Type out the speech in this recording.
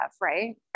right